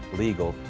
legal,